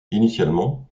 initialement